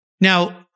Now